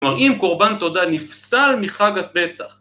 כלומר אם קורבן תודה נפסל מחג הפסח